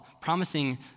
promising